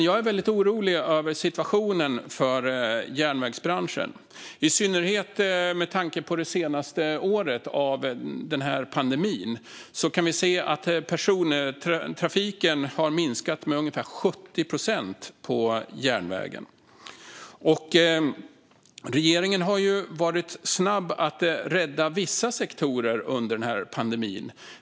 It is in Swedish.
Jag är dock orolig över situationen för järnvägsbranschen, i synnerhet med tanke på det senaste året med pandemin, då vi kan se att persontrafiken på järnväg har minskat med ungefär 70 procent. Regeringen har varit snabb med att rädda vissa sektorer under pandemin.